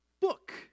book